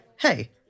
Hey